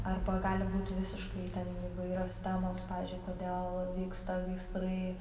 arba gali būt visiškai ten įvairios temos pavyzdžiui kodėl vyksta gaisrai